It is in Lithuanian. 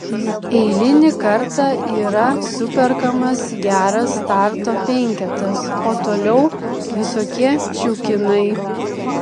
eilinį kartą yra superkamas geras starto penketas o toliau visokie čiukinai